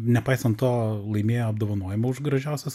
nepaisant to laimėjo apdovanojimą už gražiausios